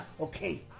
Okay